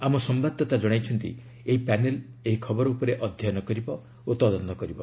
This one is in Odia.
ଆମ ସମ୍ଭାଦଦାତା ଜଣାଇଛନ୍ତି ଏହି ପ୍ୟାନେଲ୍ ଏହି ଖବର ଉପରେ ଅଧ୍ୟୟନ କରିବ ଓ ତଦନ୍ତ କରିବ